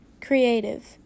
Creative